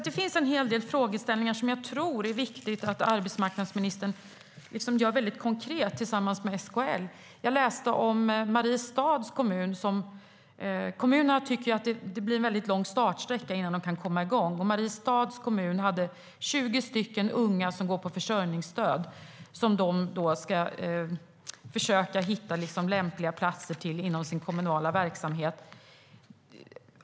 Det finns en hel del frågeställningar där det är viktigt att arbetsmarknadsministern gör det väldigt konkret tillsammans med SKL. Jag läste om Mariestads kommun. Kommunerna tycker att det blir en väldigt lång startsträcka innan de kan komma igång. Mariestads kommun har 20 unga som går på försörjningsstöd och som de ska försöka hitta lämpliga platser till inom sin kommunala verksamhet.